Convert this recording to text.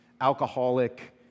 alcoholic